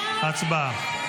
הצבעה.